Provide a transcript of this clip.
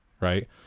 right